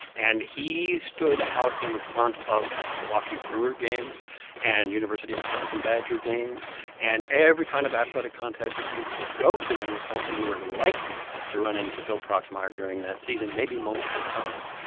and he stood out in front of milwaukee brewer games and university of wisconsin badger games and every kind of athletic contest that you could go to in wisconsin you were likely to run into bill proxmire during that season, maybe multiple times.